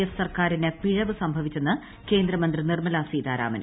F ന് സർക്കാരിന് പിഴവ് സംഭവിച്ചെന്ന് കേന്ദ്രമന്ത്രി നിർമ്മല സീതാരാമൻ